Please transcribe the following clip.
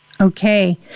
Okay